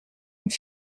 une